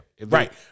right